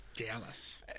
Dallas